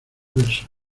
versos